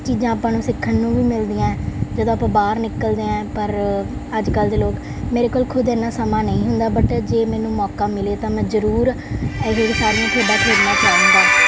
ਚੀਜ਼ਾਂ ਆਪਾਂ ਨੂੰ ਸਿੱਖਣ ਨੂੰ ਵੀ ਮਿਲਦੀਆਂ ਜਦੋਂ ਆਪਾਂ ਬਾਹਰ ਨਿਕਲਦੇ ਹਾਂ ਪਰ ਅੱਜ ਕੱਲ੍ਹ ਦੇ ਲੋਕ ਮੇਰੇ ਕੋਲ ਖੁਦ ਇੰਨਾ ਸਮਾਂ ਨਹੀਂ ਹੁੰਦਾ ਬਟ ਜੇ ਮੈਨੂੰ ਮੌਕਾ ਮਿਲੇ ਤਾਂ ਮੈਂ ਜ਼ਰੂਰ ਇਹ ਸਾਰੀਆਂ ਖੇਡਾ ਖੇਡਣਾ ਚਾਹਾਂਗਾ